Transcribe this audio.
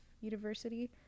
university